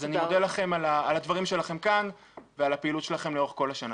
אז אני מודה לכם על הדברים שלכם כאן ועל הפעילות שלכם לאורך כל השנה,